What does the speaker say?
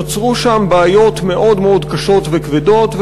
נוצרו שם בעיות מאוד מאוד קשות וכבדות,